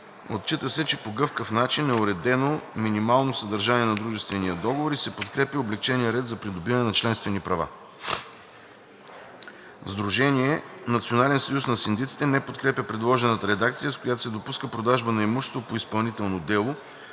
Отчита се, че по гъвкав начин е уредено минимално съдържание на дружествения договор и се подкрепя облекченият ред за придобиване на членствени права. Сдружение „Национален съюз на синдиците“ не подкрепя предложената редакция, с която се допуска продажба на имущество по изпълнително дело,